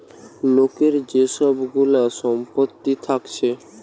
লোকের যে সব গুলা সম্পত্তি থাকছে